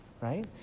right